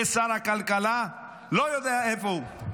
ושר הכלכלה לא יודע איפה הוא.